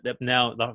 Now